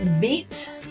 beat